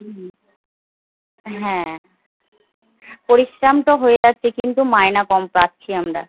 হুম হ্যাঁ পরিশ্রম তো হয়ে যাচ্ছে কিন্তু মাইনা কম পাচ্ছি আমরা